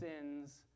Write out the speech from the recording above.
sins